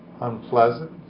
unpleasant